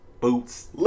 boots